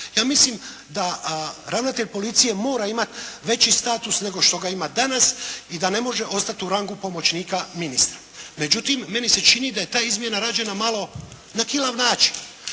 Ja mislim da ravnatelj policije mora imati veći status nego što ga ima danas i da ne može ostati u rangu pomoćnika ministra. Međutim meni se čini da je ta izmjena rađena malo na kilav način.